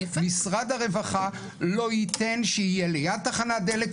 משרד הרווחה לא ייתן שיהיה ליד תחנת דלק,